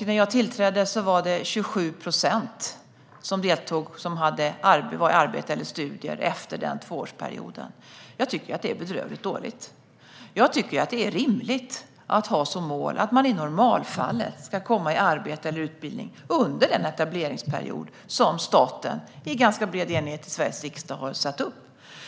När jag tillträdde var det 27 procent som var i arbete eller studier efter den tvåårsperioden. Det är bedrövligt dåligt. Det är rimligt att ha som mål att man i normalfallet ska komma i arbete eller utbildning under den etableringsperiod som staten, i ganska bred enighet i Sveriges riksdag, har satt upp.